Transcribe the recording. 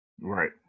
Right